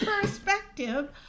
perspective